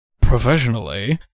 professionally